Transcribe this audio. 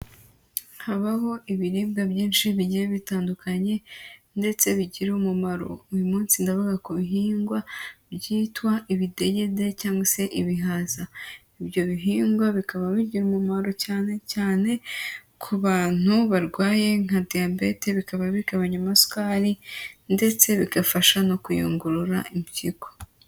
Habaho ibiribwa byinshi bigiye bitandukanye ndetse bigira umumaro. Uyu munsi ndavuga ku bihingwa byitwa ibidegede cyangwa se ibihaza. Ibyo bihingwa bikaba bigira umumaro cyane cyane ku bantu barwaye nka diyabete, bikaba bigabanya amasukari ndetse bigafasha no kuyungurura impyiko.